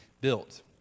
built